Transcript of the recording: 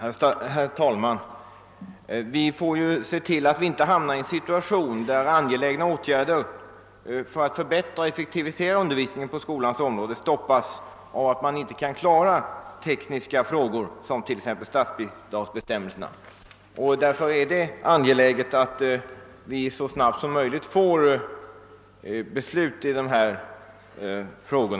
Herr talman! Vi får se till att vi inte hamnar i en situation där angelägna åtgärder ägnade att förbättra och effektivisera skolundervisningen stoppas av att man inte kan klara upp sådana tekniska spörsmål som t.ex. statsbidragsbestämmelserna. Därför är det också angeläget att vi så snabbt som möjligt kan fatta beslut i sådana frågor.